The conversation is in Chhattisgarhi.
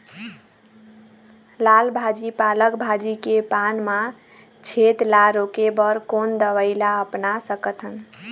लाल भाजी पालक भाजी के पान मा छेद ला रोके बर कोन दवई ला अपना सकथन?